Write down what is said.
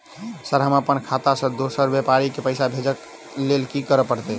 Sir हम अप्पन खाता सऽ दोसर व्यापारी केँ पैसा भेजक लेल की करऽ पड़तै?